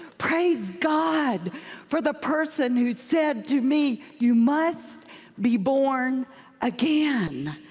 praise god for the person who said to me, you must be born again.